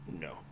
No